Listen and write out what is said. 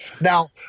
Now